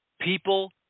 people